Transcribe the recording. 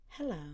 Hello